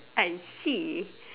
I see